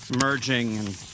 merging